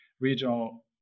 regional